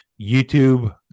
YouTube